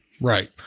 Right